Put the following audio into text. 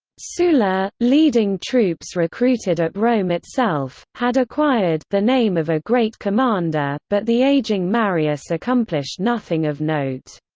sulla, leading troops recruited at rome itself, had acquired the name of a great commander, but the aging marius accomplished nothing of note.